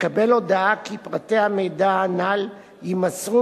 יקבל הודעה כי פרטי המידע הנ"ל יימסרו